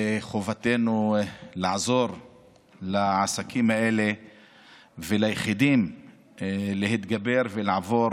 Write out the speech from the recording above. וחובתנו לעזור לעסקים וליחידים האלה להתגבר ולעבור